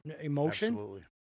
emotion